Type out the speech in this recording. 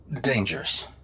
dangerous